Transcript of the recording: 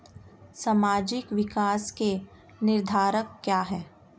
सामाजिक विकास के निर्धारक क्या है?